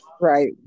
Right